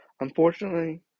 Unfortunately